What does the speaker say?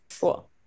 cool